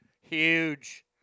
huge